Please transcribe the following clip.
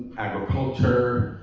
agriculture,